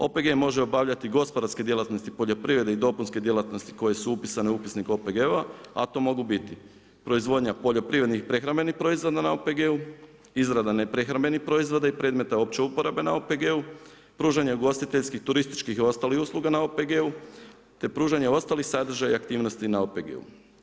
OPG može obavljati gospodarske djelatnosti poljoprivrede i dopunske djelatnosti koje su upisane u upisnik OPG-ova, a to mogu biti, proizvodnja poljoprivrednih prehrambenih proizvoda na OPG-u, izrada neprehrambenih proizvoda i predmeta opće uporabe na OPG-u, pružanje ugostiteljskih, turističkih i ostalih usluga na OPG-u te pružanje ostalih sadržaja i aktivnosti na OPG-u.